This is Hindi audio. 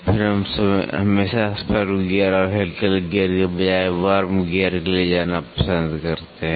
फिर हम हमेशा स्पर गियर और हेलिकल गियर के बजाय वर्म गियर के लिए जाना पसंद करते हैं